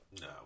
No